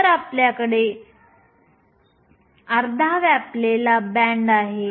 तर आपल्याकडे अर्धा व्यापलेला बँड आहे